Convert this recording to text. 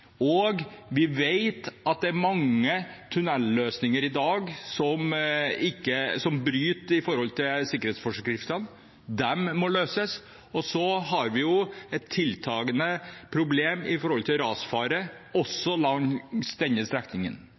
Og vi vet at det er mange tunnelløsninger i dag som bryter med sikkerhetsforskriftene. Det må løses. Og vi har et tiltagende problem i forhold til rasfare, også langs denne strekningen.